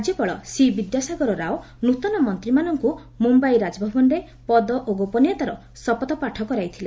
ରାଜ୍ୟପାଳ ସି ବିଦ୍ୟାସାଗର ରାଓ ନୃତନ ମନ୍ତ୍ରୀମାନଙ୍କୁ ମୁମ୍ୟାଇ ରାଜଭବନରେ ପଦ ଓ ଗୋପନୀୟତାର ଶପଥପାଠ କରାଇଥିଲେ